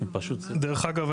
דרך אגב,